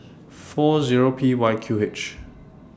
four Zero P Y Q H